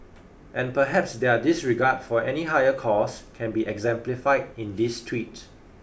and perhaps their disregard for any higher cause can be exemplified in this tweet